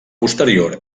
posterior